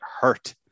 hurt